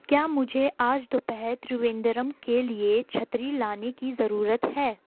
کیا مجھے آج دوپہر ترویندرم کے لیے چھتری لانے کی ضرورت ہے